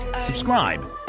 subscribe